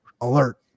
alert